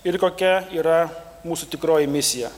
ir kokia yra mūsų tikroji misija